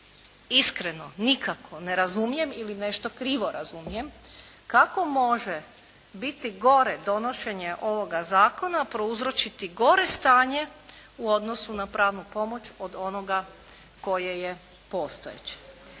iskreno nikako ne razumijem ili nešto krivo razumijem kako može biti gore donošenje ovoga Zakona, prouzročiti gore stanje u odnosu na pravnu pomoć od onoga koje je postojeće.